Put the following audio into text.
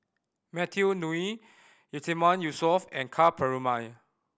Matthew Ngui Yatiman Yusof and Ka Perumal